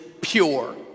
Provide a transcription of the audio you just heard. pure